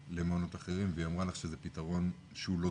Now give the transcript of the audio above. למעונות אחרים והיא אמרה לך שזה פתרון לא טוב.